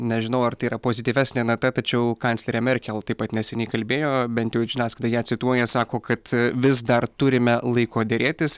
nežinau ar tai yra pozityvesnė nata tačiau kanclerė merkel taip pat neseniai kalbėjo bent jau žiniasklaida ją cituoja sako kad vis dar turime laiko derėtis